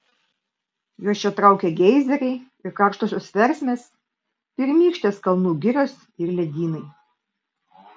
juos čia traukia geizeriai ir karštosios versmės pirmykštės kalnų girios ir ledynai